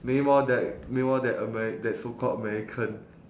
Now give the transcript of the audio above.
meanwhile that meanwhile that ameri~ that so called american